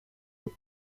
elle